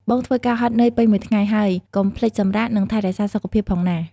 បងធ្វើការហត់នឿយពេញមួយថ្ងៃហើយ កុំភ្លេចសម្រាក និងថែរក្សាសុខភាពផងណា។